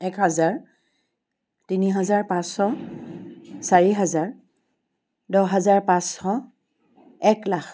এক হাজাৰ তিনি হাজাৰ পাঁচশ চাৰি হাজাৰ দহ হাজাৰ পাঁচশ এক লাখ